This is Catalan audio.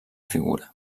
figura